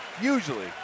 usually